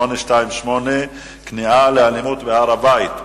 828: כניעה לאלימות בהר-הבית.